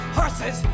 horses